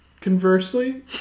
conversely